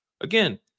again